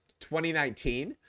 2019